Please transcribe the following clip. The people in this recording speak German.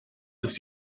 ist